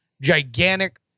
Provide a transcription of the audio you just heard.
gigantic